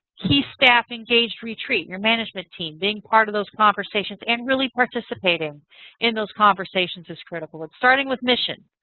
key staff engaged retreat. your management team being part of those conversations and really participating in those conversations is critical. starting with mission.